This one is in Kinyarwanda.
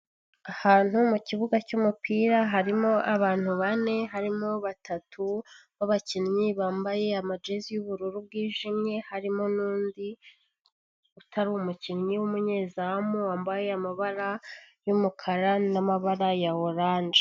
Ahantu mukibuga cy'umupira, harimo abantu bane harimo batatu babakinnyi bambaye amajezi y'ubururu bwijimye, harimo n'undi utari umukinnyi w'umunyezamu wambaye amabara y'umukara n'amabara ya orange.